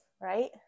Right